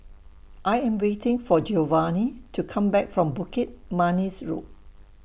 I Am waiting For Giovanni to Come Back from Bukit Manis Road